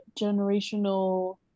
generational